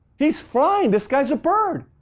he's flying! this guy is a bird!